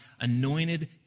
anointed